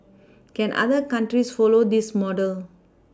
can other countries follow this model